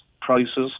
Prices